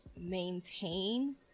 maintain